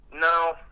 No